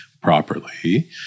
properly